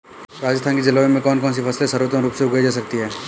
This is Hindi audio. राजस्थान की जलवायु में कौन कौनसी फसलें सर्वोत्तम रूप से उगाई जा सकती हैं?